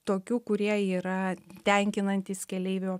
tokių kurie yra tenkinantys keleivio